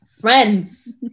friends